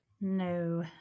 No